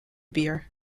beer